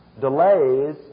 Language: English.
Delays